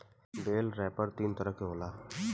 बेल रैपर तीन तरह के होला